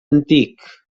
antic